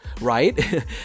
right